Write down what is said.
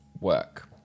work